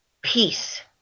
peace